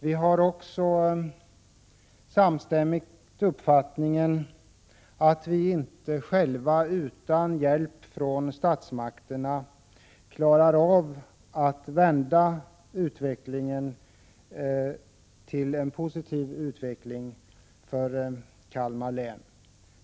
Vi har också samstämmigt den uppfattningen att vi inte själva utan hjälp från statsmakterna klarar av att vända utvecklingen till en positiv utveckling för Kalmar län.